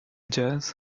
jazz